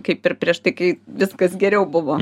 kaip ir prieš tai kai viskas geriau buvo